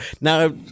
Now